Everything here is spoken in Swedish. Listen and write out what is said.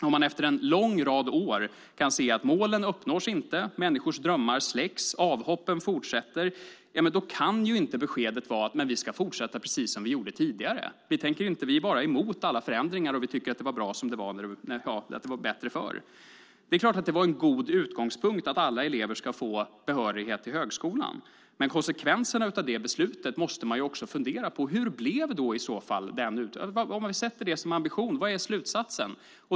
Om man efter en lång rad år kan se att målen inte uppnås, människors drömmar släcks och avhoppen fortsätter kan inte beskedet vara: Vi ska fortsätta precis som vi gjorde tidigare. Vi är emot alla förändringar, och vi tycker att det var bättre förr. Det är klart att det var en god utgångspunkt att alla elever ska få behörighet till högskolan. Men man måste också fundera på konsekvenserna av det beslutet. Om man sätter det som ambition, vad är slutsatsen?